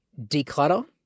declutter